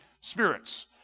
spirits